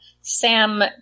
Sam